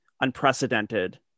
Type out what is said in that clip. unprecedented